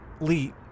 Lee